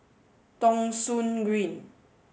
Thong Soon Green